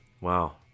Wow